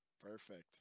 Perfect